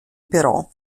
però